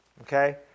Okay